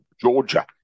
Georgia